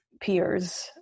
peers